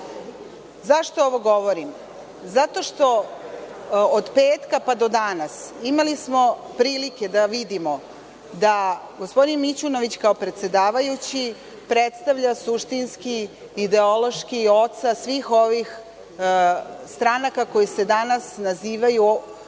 ovo govorim? Zato što smo od petka pa do danas imali prilike da vidimo da gospodin Mićunović kao predsedavajući predstavlja suštinski, ideološki oca svih ovih stranaka koje se danas nazivaju opozicione